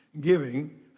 giving